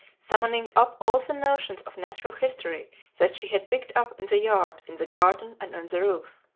summoning up all the notions of natural history that she had picked up in the yard, in the garden, and on the roof.